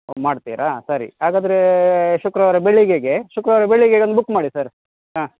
ಮಾಡ್ತೀರಾ ಸರಿ ಹಾಗಾದ್ರೇ ಶುಕ್ರವಾರ ಬೆಳಿಗ್ಗೆಗೆ ಶುಕ್ರವಾರ ಬೆಳಿಗ್ಗೆಗೆ ಒಂದು ಬುಕ್ ಮಾಡಿ ಸರ್ ಹಾಂ